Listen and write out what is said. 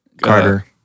Carter